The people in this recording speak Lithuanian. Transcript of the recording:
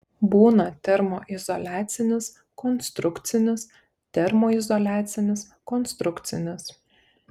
būna termoizoliacinis konstrukcinis termoizoliacinis konstrukcinis